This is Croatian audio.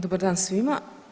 Dobar dan svima.